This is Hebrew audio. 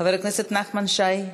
חבר הכנסת נחמן שי,